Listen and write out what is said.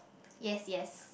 yes yes